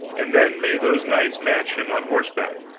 and then may those knights match him on horseback,